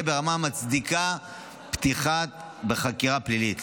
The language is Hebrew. ברמה המצדיקה פתיחה בחקירה פלילית.